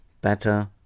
better